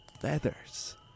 feathers